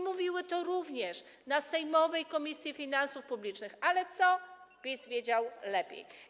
Mówiły to również w sejmowej Komisji Finansów Publicznych, ale PiS wiedział lepiej.